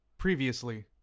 Previously